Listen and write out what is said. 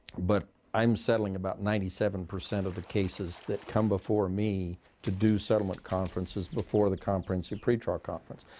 but i'm settling about ninety seven percent of the cases that come before me to do settlement conferences before the conference and pretrial conference.